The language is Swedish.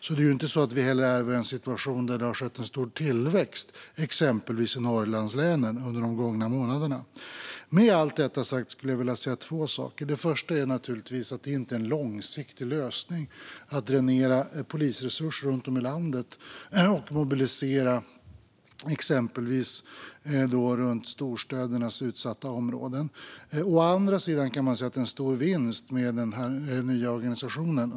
Vi ärver alltså inte en situation där det har skett en stor tillväxt i exempelvis Norrlandslänen under de gångna månaderna. Låt mig säga två saker. Det första är att det naturligtvis inte är en långsiktig lösning att dränera polisresurser runt om i landet och mobilisera dem i exempelvis storstädernas utsatta områden. Det andra är att det är en stor vinst med den nya organisationen.